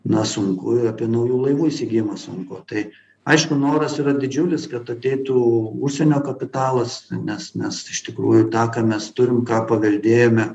na sunku apie naujų laivų įsigijimą sunku tai aišku noras yra didžiulis kad ateitų užsienio kapitalas nes nes iš tikrųjų tą ką mes turim ką paveldėjome